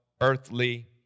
earthly